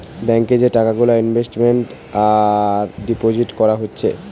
bank এ যে টাকা গুলা ইনভেস্ট আর ডিপোজিট কোরা হচ্ছে